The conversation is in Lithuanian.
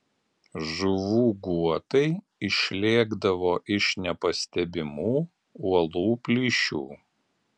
žuvų guotai išlėkdavo iš nepastebimų uolų plyšių